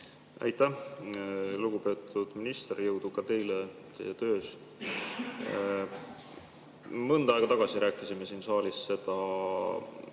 Aitäh, lugupeetud minister! Ja jõudu ka teile töös! Mõnda aega tagasi rääkisime siin saalis, et